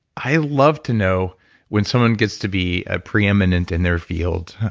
i love to know when someone gets to be ah preeminent in their field,